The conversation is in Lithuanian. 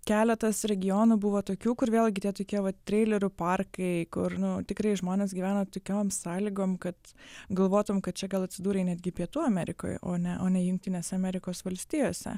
keletas regionų buvo tokių kur vėlgi tie tokie vat treilerių parkai kur nu tikrai žmonės gyvena tokiom sąlygom kad galvotum kad čia gal atsidūrei netgi pietų amerikoj o ne o ne jungtinėse amerikos valstijose